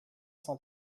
cent